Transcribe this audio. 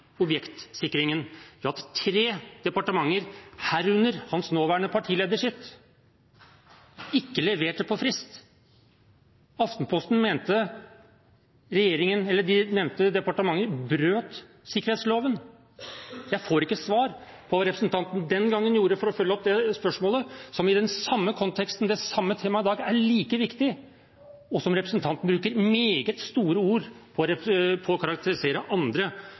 objektsikringen ved at tre departementer, herunder hans nåværende partileders, ikke leverte innen frist. Aftenposten mente de nevnte departementer brøt sikkerhetsloven. Jeg får ikke svar på hva representanten den gangen gjorde for å følge opp det spørsmålet, som i den samme konteksten, og ut fra det samme temaet i dag, er like viktig, og der representanten bruker meget store ord på å karakterisere andre,